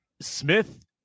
Smith